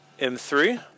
M3